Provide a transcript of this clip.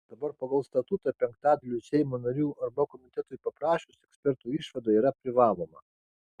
dabar pagal statutą penktadaliui seimo narių arba komitetui paprašius ekspertų išvada yra privaloma